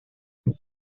mais